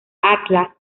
atlas